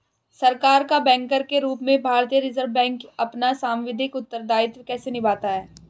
सरकार का बैंकर के रूप में भारतीय रिज़र्व बैंक अपना सांविधिक उत्तरदायित्व कैसे निभाता है?